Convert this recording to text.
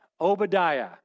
Obadiah